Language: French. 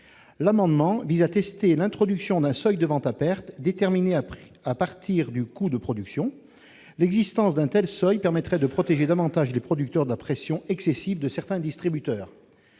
L'amendement vise à tester l'introduction d'un seuil de vente à perte déterminé à partir du coût de production. L'existence d'un tel seuil permettrait de protéger davantage les producteurs de la pression excessive de certains distributeurs.